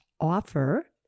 offer